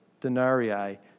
denarii